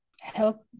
help